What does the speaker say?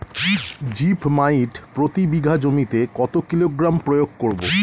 Zip মাইট প্রতি বিঘা জমিতে কত কিলোগ্রাম প্রয়োগ করব?